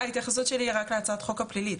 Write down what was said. ההתייחסות שלי היא רק להצעת החוק הפלילית.